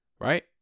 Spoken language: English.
right